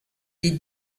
des